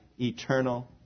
eternal